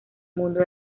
mundo